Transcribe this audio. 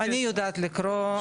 אני יודעת לקרוא.